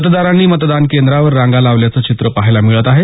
मतदारांनी मतदान केंद्रांवर रांगा लावल्याचं चित्र पहायला मिळत आहे